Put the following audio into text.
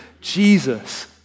Jesus